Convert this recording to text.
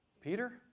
Peter